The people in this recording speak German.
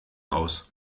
aus